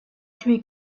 tué